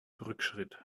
rückschritt